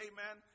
Amen